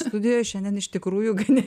studijos šiandien iš tikrųjų gali